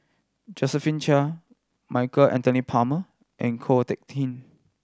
Josephine Chia Michael Anthony Palmer and Ko Teck Kin